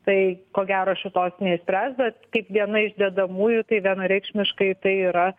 tai ko gero šitos neišspręs bet kaip viena iš dedamųjų tai vienareikšmiškai tai yra